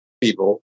people